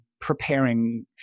preparing